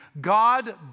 God